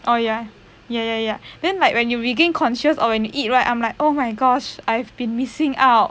oh ya ya ya ya then like when you regained conscious or when you eat right I'm like oh my gosh I've been missing out